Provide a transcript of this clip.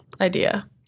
idea